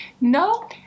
No